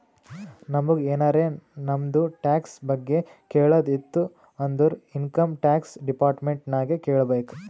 ನಮುಗ್ ಎನಾರೇ ನಮ್ದು ಟ್ಯಾಕ್ಸ್ ಬಗ್ಗೆ ಕೇಳದ್ ಇತ್ತು ಅಂದುರ್ ಇನ್ಕಮ್ ಟ್ಯಾಕ್ಸ್ ಡಿಪಾರ್ಟ್ಮೆಂಟ್ ನಾಗೆ ಕೇಳ್ಬೇಕ್